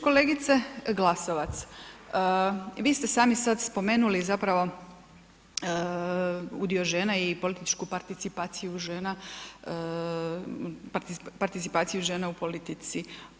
Kolegice Glasovac, vi ste sami sad spomenuli zapravo udio žena i političku participaciju žena, participaciju žena u politici.